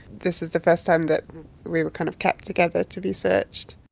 this is the first time that we were kind of kept together to be searched